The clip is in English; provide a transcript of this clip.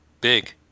Big